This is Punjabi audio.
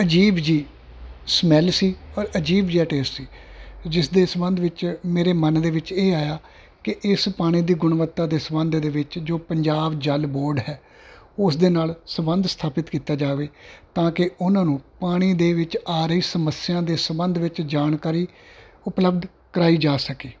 ਅਜੀਬ ਜਿਹੀ ਸਮੈਲ ਸੀ ਔਰ ਅਜੀਬ ਜਿਹਾ ਟੇਸਟ ਸੀ ਜਿਸ ਦੇ ਸਬੰਧ ਵਿੱਚ ਮੇਰੇ ਮਨ ਦੇ ਵਿੱਚ ਇਹ ਆਇਆ ਕਿ ਇਸ ਪਾਣੀ ਦੀ ਗੁਣਵੱਤਾ ਦੇ ਸੰਬੰਧ ਦੇ ਵਿੱਚ ਜੋ ਪੰਜਾਬ ਜਲ ਬੋਰਡ ਹੈ ਉਸ ਦੇ ਨਾਲ ਸੰਬੰਧ ਸਥਾਪਿਤ ਕੀਤਾ ਜਾਵੇ ਤਾਂ ਕਿ ਉਹਨਾਂ ਨੂੰ ਪਾਣੀ ਦੇ ਵਿੱਚ ਆ ਰਹੀ ਸਮੱਸਿਆ ਦੇ ਸੰਬੰਧ ਵਿੱਚ ਜਾਣਕਾਰੀ ਉਪਲਬਧ ਕਰਵਾਈ ਜਾ ਸਕੇ